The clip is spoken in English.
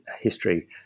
history